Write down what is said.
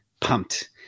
pumped